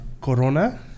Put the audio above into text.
Corona